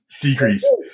decrease